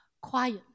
Quiet